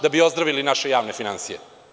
Da bi ozdravili naše ekonomske finansije.